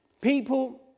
People